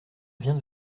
vient